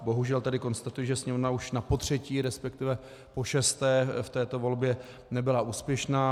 Bohužel tedy konstatuji, že Sněmovna už napotřetí, respektive pošesté v této volbě nebyla úspěšná.